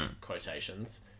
quotations